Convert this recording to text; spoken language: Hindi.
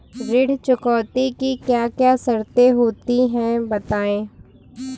ऋण चुकौती की क्या क्या शर्तें होती हैं बताएँ?